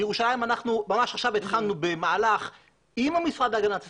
בירושלים אנחנו ממש עכשיו התחלנו במהלך עם המשרד להגנת הסביבה,